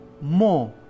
more